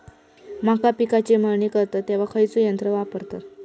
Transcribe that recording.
मका पिकाची मळणी करतत तेव्हा खैयचो यंत्र वापरतत?